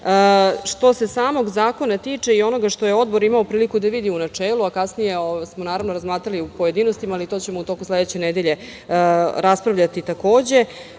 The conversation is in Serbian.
se samog zakona tiče i onoga što je Odbor imao priliku da vidi u načelu, a kasnije smo razmatrali u pojedinostima, ali to ćemo u toku sledeće nedelje raspravljati, istakla